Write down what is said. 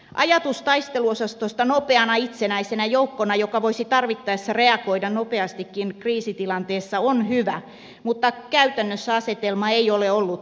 ajatus taisteluosastosta nopeana itsenäisenä joukkona joka voisi tarvittaessa reagoida nopeastikin kriisitilanteessa on hyvä mutta käytännössä asetelma ei ole ollut toimiva